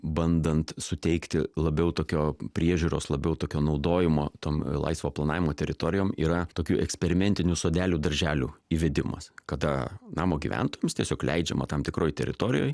bandant suteikti labiau tokio priežiūros labiau tokio naudojimo tom laisvo planavimo teritorijom yra tokių eksperimentinių sodelių darželių įvedimas kada namo gyventojams tiesiog leidžiama tam tikroj teritorijoj